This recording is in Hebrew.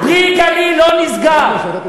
"פרי הגליל" לא נסגר.